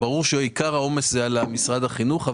שעיקר העומס זה על משרד החינוך,